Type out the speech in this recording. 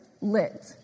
lit